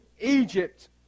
Egypt